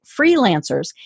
freelancers